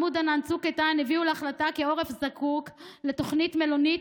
עמוד ענן וצוק איתן הביאו להחלטה כי העורף זקוק לתוכנית מלונית,